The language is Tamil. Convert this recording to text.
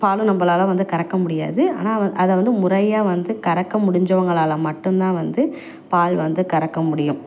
பாலும் நம்மளால வந்து கறக்க முடியாது ஆனால் வ அதை வந்து முறையாக வந்து கறக்க முடிஞ்சவங்களால் மட்டும் தான் வந்து பால் வந்து கறக்க முடியும்